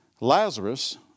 Lazarus